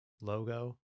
logo